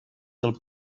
del